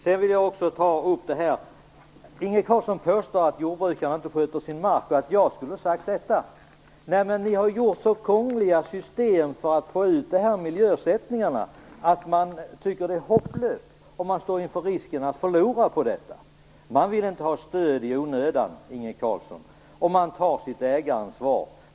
Sedan vill jag också ta upp Inge Carlssons påstående om att jag skulle ha sagt att jordbrukarna inte sköter sin mark. Det har jag inte, men ni har gjort så krångliga system för att få ut miljöersättningarna att man tycker att det är hopplöst, och man står inför risken att förlora på detta. Man vill inte ha stöd i onödan, Inge Carlsson, och man tar sitt ägaransvar.